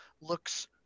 looks